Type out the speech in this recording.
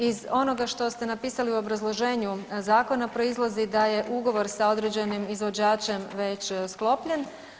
Iz onoga što ste napisali u obrazloženju zakona proizlazi da je ugovor sa određenim izvođačem već sklopljen.